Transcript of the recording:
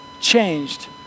changed